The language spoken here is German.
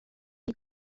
die